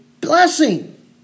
blessing